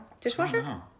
Dishwasher